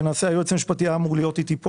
היועץ המשפטי היה אמור להיות איתי פה